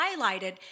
highlighted